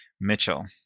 Mitchell